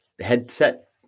headset